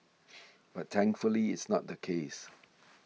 but thankfully it's not the case